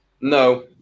No